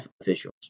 officials